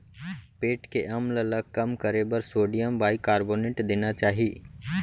पेट के अम्ल ल कम करे बर सोडियम बाइकारबोनेट देना चाही